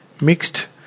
mixed